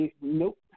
Nope